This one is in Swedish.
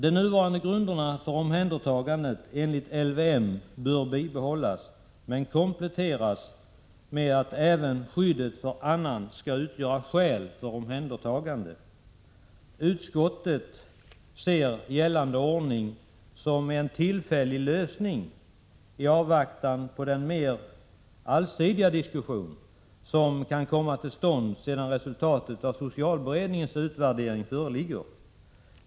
De nuvarande grunderna för omhändertagande enligt LVM bör bibehållas men kompletteras med att även skyddet för annan skall utgöra skäl för omhändertagande. Utskottet ser gällande ordning som en tillfällig lösning i avvaktan på den mer allsidiga diskussion som kan komma till stånd sedan resultatet av socialberedningens utvärdering föreligger.